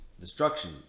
Destruction